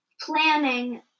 planning